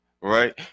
right